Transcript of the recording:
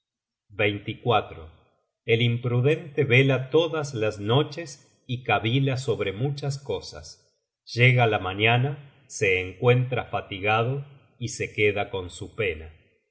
defectos el imprudente vela todas las noches y cavila sobre muchas cosas llega la mañana se encuentra fatigado y se queda con su pena